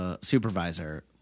supervisor